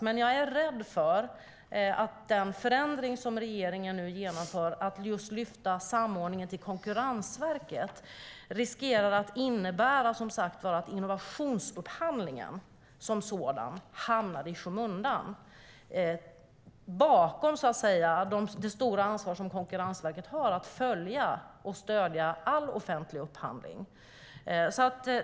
Men jag är rädd för att den förändring som regeringen genomför - att samordningen lyfts till Konkurrensverket - riskerar att innebära att innovationsupphandlingen som sådan hamnar i skymundan, bakom det stora ansvar som Konkurrensverket har att följa och stödja all offentlig upphandling.